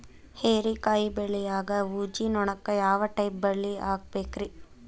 ಹೇರಿಕಾಯಿ ಬೆಳಿಯಾಗ ಊಜಿ ನೋಣಕ್ಕ ಯಾವ ಟೈಪ್ ಬಲಿ ಹಾಕಬೇಕ್ರಿ?